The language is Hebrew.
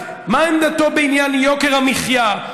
מה עמדתו בעניין יוקר המחיה,